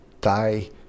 die